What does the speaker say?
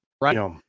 right